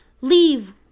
leave